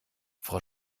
frau